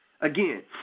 Again